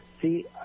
See